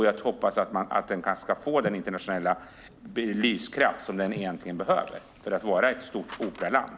Jag hoppas att den ska få den internationella lyskraft som den egentligen behöver för att Sverige ska vara ett stort operaland.